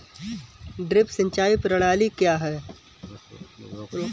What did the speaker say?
Drip सिंचाई प्रणाली क्या है?